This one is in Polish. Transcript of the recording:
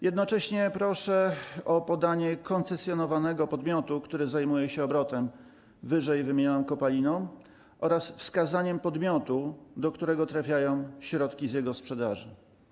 Jednocześnie proszę o podanie nazwy koncesjonowanego podmiotu, który zajmuje się obrotem ww. kopaliną, oraz wskazanie podmiotu, do którego trafiają środki z jej sprzedaży.